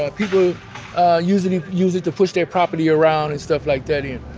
ah people use it use it to push their property around and stuff like that in.